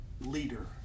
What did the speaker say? leader